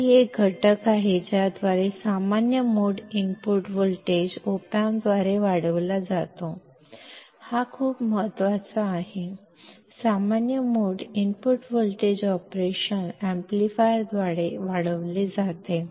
की हा एक घटक आहे ज्याद्वारे सामान्य mode input voltage Op amp द्वारे वाढविला जातो हा शब्द खूप महत्वाचा आहे सामान्य मोड इनपुट व्होल्टेज ऑपरेशन एम्पलीफायरद्वारे वाढवले जाते